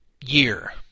year